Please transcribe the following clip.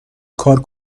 کار